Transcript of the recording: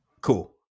Cool